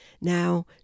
Now